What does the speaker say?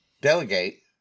delegate